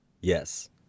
yes